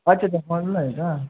अच्छा अच्छा हॉलला आहे का